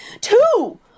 Two